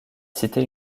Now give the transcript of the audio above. cité